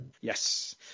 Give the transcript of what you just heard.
Yes